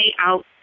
out